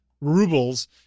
rubles